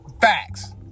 Facts